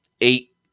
eight